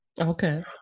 Okay